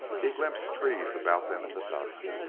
he glimpsed trees about them in the dusk,